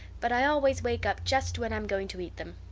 but i always wake up just when i'm going to eat them.